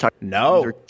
no